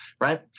right